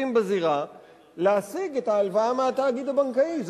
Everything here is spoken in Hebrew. בזירה להשיג את ההלוואה מהתאגיד הבנקאי,